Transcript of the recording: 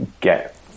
get